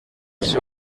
seu